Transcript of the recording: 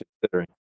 considering